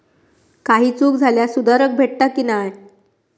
काही चूक झाल्यास सुधारक भेटता की नाय?